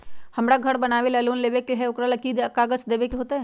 हमरा घर बनाबे ला लोन लेबे के है, ओकरा ला कि कि काग़ज देबे के होयत?